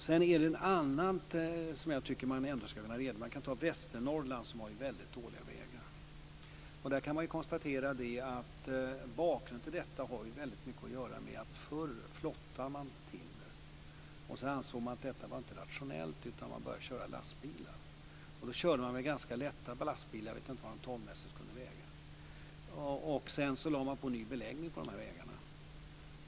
Sedan är det något annat man ska vara medveten om. Västernorrland har väldigt dåliga vägar. Där kan man konstatera att bakgrunden till det har väldigt mycket att göra med att man förr flottade timmer. Sedan ansåg man att detta inte var rationellt, utan man började köra lastbilar. Då körde man med ganska lätta lastbilar. Jag vet inte vad de tonmässigt kunde väga. Sedan lade man på ny beläggning på vägarna.